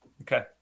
Okay